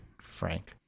frank